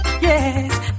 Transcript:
Yes